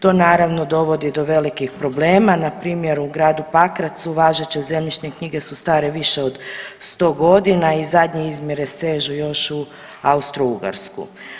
To naravno dovodi do velikih problema npr. u gradu Pakracu važeće zemljišne knjige su stare više od 100 godina i zadnje izmjere sežu još u Austrougarsku.